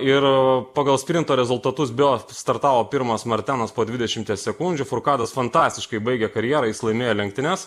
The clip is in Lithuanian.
ir pagal sprinto rezultatus bjo startavo pirmas martenas po dvidešimties sekundžių furkadas fantastiškai baigė karjerą jis laimėjo lenktynes